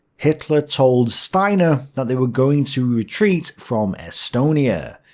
hitler told steiner that they were going to retreat from estonia.